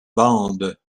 bandes